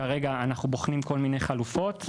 כרגע אנחנו בוחנים כל מיני חלופות.